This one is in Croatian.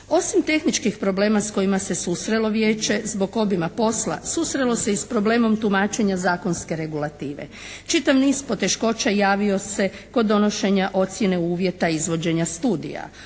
Osim tehničkih problema s kojima se susrelo Vijeće zbog obijma posla susrelo se i s problemom tumačenja zakonske regulative. Čitav niz poteškoća javio se kod donošenja ocjene uvjeta izvođenja studija.